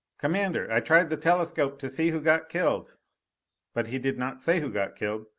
commander, i tried the telescope to see who got killed but he did not say who got killed,